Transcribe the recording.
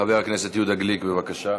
חבר הכנסת יהודה גליק, בבקשה,